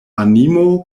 animo